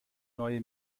neue